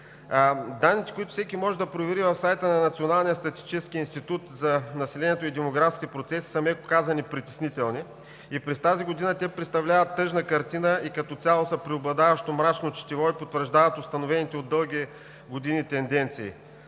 Данните, които всеки може да провери в сайта на Националния статистически институт за населението и демографските процеси, са меко казано притеснителни. И през тази година те представляват тъжна картина и като цяло са преобладаващо мрачно четиво и потвърждават установените от дълги години тенденции,